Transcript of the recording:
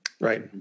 right